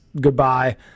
goodbye